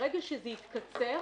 ברגע שזה יתקצר,